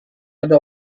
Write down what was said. ada